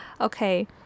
Okay